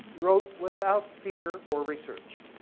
wrote without fear or research.